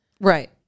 Right